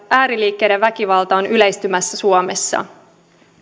ääriliikkeiden väkivalta on yleistymässä suomessa